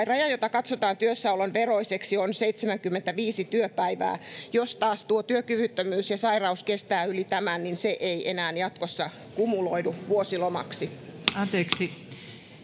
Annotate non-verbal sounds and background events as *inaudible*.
*unintelligible* raja joka katsotaan työssäolon veroiseksi on seitsemänkymmentäviisi työpäivää jos taas työkyvyttömyys ja sairaus kestävät yli tämän niin se ei enää jatkossa kumuloidu vuosilomaksi anteeksi